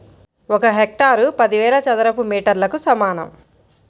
ఒక హెక్టారు పదివేల చదరపు మీటర్లకు సమానం